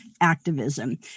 activism